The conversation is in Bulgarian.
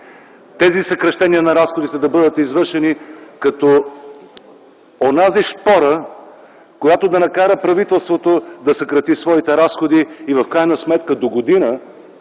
тези съкращения на разходите да бъдат извършени като онази шпора, която да накара правителството да съкрати своите разходи и в крайна сметка догодина